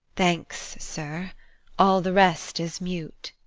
thanks, sir all the rest is mute.